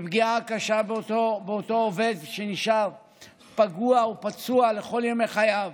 בפגיעה קשה באותו עובד שנשאר פגוע ופצוע לכל ימי חייו